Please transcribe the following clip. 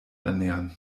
ernähren